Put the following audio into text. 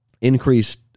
increased